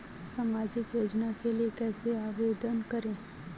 सामाजिक योजना के लिए कैसे आवेदन करें?